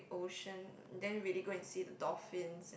ocean then really go and see the dolphins